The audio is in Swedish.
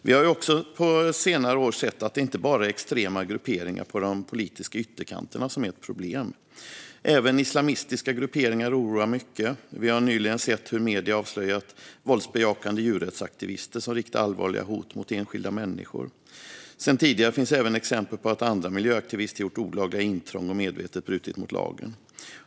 Vi har på senare år sett att det inte bara är extrema grupperingar på de politiska ytterkanterna som är ett problem. Även islamistiska grupperingar oroar mycket. Och vi har nyligen sett hur medierna avslöjat våldsbejakande djurrättsaktivister som riktar allvarliga hot mot enskilda människor. Sedan tidigare finns även exempel på att andra miljöaktivister gjort olaga intrång och medvetet brutit mot lagen.